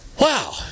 wow